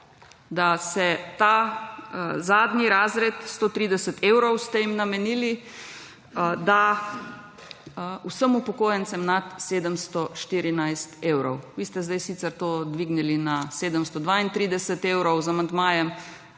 da se ta zadnji razred 130 evrov ste jim namenili, da vsem upokojencem nad 714 evrov. Ti ste zdaj sicer to dvignili na 732 evrov z amandmajem,